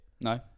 no